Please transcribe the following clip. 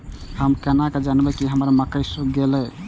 हम केना जानबे की हमर मक्के सुख गले?